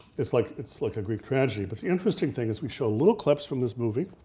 it's like it's like a greek tragedy, but the interesting thing is we show little clips from this movie,